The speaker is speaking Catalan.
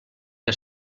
que